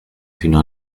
fino